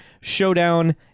Showdown